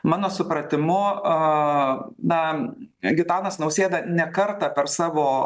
mano supratimu a na gitanas nausėda ne kartą per savo